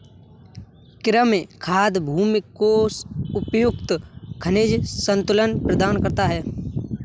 कृमि खाद भूमि को उपयुक्त खनिज संतुलन प्रदान करता है